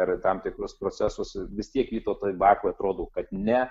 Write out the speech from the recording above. ir tam tikrus procesus vis tiek vytautui bakui atrodo kad ne